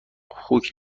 خوک